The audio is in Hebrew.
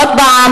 עוד פעם,